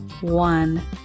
one